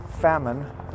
famine